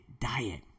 diet